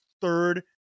third